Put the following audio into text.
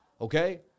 okay